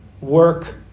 Work